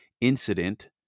incident